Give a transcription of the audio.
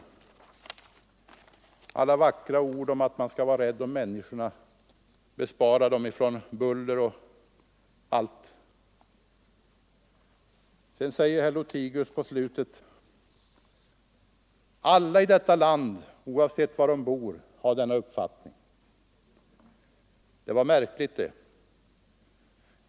Eller säger ni vackra ord om att man skall Om bibehållande vara rädd om människor och bespara dem buller och annat? av Bromma Herr Lothigius säger i slutet av sitt anförande att alla i detta land, flygplats oavsett var de bor, har samma uppfattning. Det är märkligt.